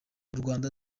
urwanda